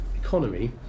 economy